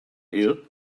ill